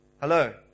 Hello